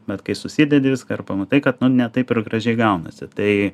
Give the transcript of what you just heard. bet kai susidedi viską ir pamatai kad nu ne taip ir gražiai gaunasi tai